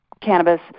cannabis